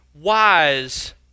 wise